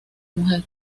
mujer